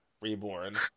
Reborn